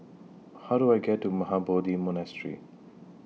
How Do I get to Mahabodhi Monastery